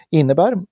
innebär